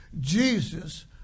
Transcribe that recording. Jesus